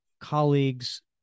colleagues